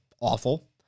awful